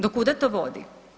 Do kuda to vodi.